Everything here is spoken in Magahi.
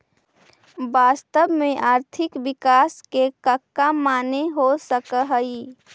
वास्तव में आर्थिक विकास के कका माने हो सकऽ हइ?